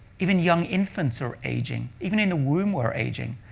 even young infants are aging. even in the womb we're aging,